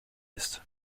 ist